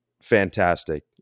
fantastic